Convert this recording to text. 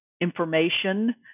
information